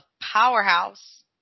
powerhouse